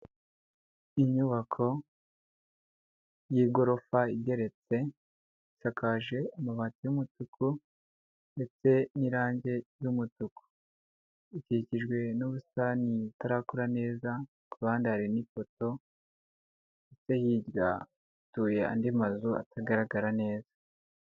Inyubako y'igorofa igeretse, isakaje amabati y'umutuku ndetse n'irangi ry'umutuku. Ikikijwe n'ubusitani butarakura neza, ku ruhande hari n'ifoto, irya hirya hatuye andi mazu atagaragara neza.